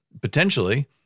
potentially